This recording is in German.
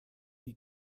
die